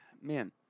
Man